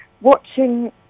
watching